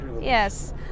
yes